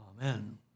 Amen